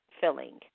filling